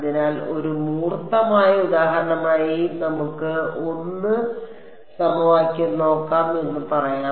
അതിനാൽ ഒരു മൂർത്തമായ ഉദാഹരണമായി നമുക്ക് 1 സമവാക്യം നോക്കാം എന്ന് പറയാം